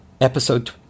episode